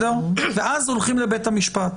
אז הולכים לבית המשפט,